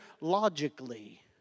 logically